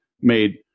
made